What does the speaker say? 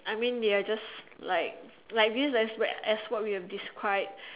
I mean they're just like like this as what as what we've describe